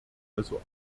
also